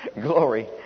Glory